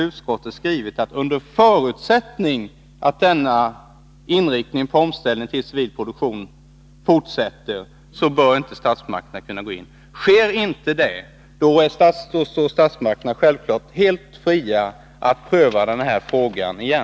Utskottet har skrivit att ”under förutsättning att denna inriktning på omställning till civil produktion fortsätter” bör inte statsmakterna gå in. Men sker inte detta står statsmakterna självfallet helt fria att pröva denna fråga igen.